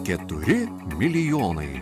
keturi milijonai